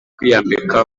kwiyambika